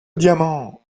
diamant